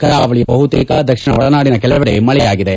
ಕರಾವಳಿಯ ಬಹುತೇಕ ದಕ್ಷಿಣ ಒಳನಾಡಿನ ಕೆಲವೆಡೆ ಮಳೆಯಾಗಿದೆ